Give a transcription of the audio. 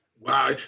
Wow